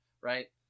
right